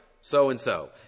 so-and-so